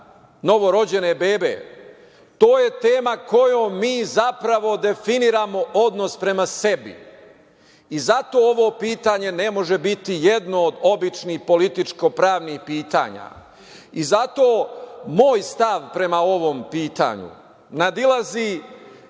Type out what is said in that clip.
novorođene bebe. To je tema kojom mi zapravo definiramo odnos prema sebi i zato ovo pitanje ne može biti jedno od običnih političko-pravnih pitanja. Zato moj stav prema ovom pitanju nadilazi